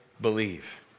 believe